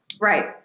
Right